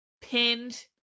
pinned